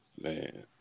Man